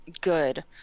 good